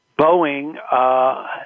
Boeing